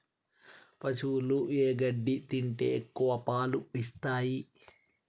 పశువులు ఏ గడ్డి తింటే ఎక్కువ పాలు ఇస్తాయి?